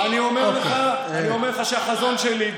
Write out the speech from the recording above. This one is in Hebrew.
אני אומר לך שהחזון שלי,